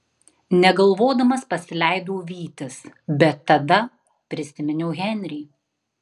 negalvodamas pasileidau vytis bet tada prisiminiau henrį